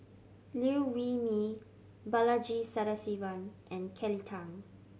Liew Wee Mee Balaji Sadasivan and Kelly Tang